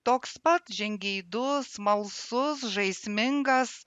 toks pat žingeidus smalsus žaismingas